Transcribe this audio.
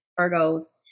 Virgos